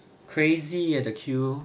crazy uh the queue